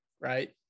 right